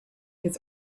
his